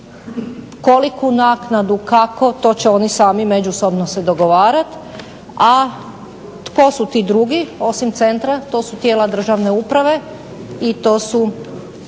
Koliku naknadu, kako? To će oni sami međusobno se dogovarati. A tko su ti drugi, osim centra? To su tijela državne uprave i to su